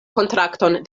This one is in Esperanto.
kontrakton